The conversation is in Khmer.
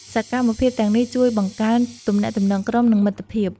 សកម្មភាពទាំងនេះជួយបង្កើនទំនាក់ទំនងក្រុម និងមិត្តភាព។